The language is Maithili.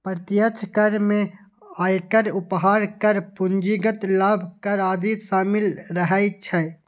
प्रत्यक्ष कर मे आयकर, उपहार कर, पूंजीगत लाभ कर आदि शामिल रहै छै